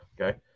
okay